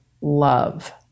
love